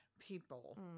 people